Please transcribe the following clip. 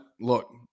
look